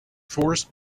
forest